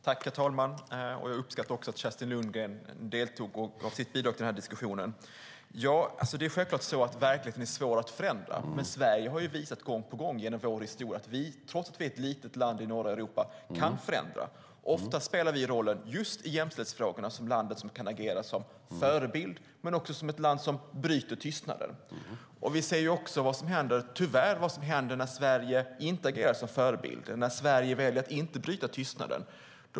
Herr talman! Jag uppskattar att även Kerstin Lundgren deltar i debatten och har gett sitt bidrag i denna diskussion. Självklart är verkligheten svår att förändra. Men vi i Sverige har gång på gång genom vår historia visat att vi, trots att Sverige är ett litet land i norra Europa, kan förändra. Ofta spelar vi just i jämställdhetsfrågor rollen som landet som kan agera som förebild men också som ett land som bryter tystnaden. Vi ser tyvärr vad som händer när Sverige inte agerar som förebild och när Sverige inte väljer att bryta tystnaden.